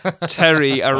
Terry